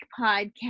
podcast